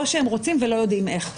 או שהם רוצים ולא יודעים איך,